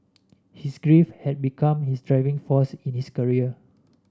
his grief had become his driving force in his career